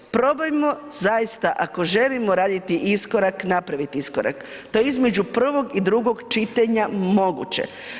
Probajmo zaista, ako želimo raditi iskorak, napraviti iskorak, to je između prvog i drugog čitanja moguće.